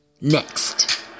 next